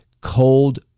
cold